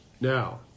Now